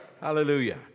Hallelujah